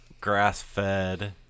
Grass-fed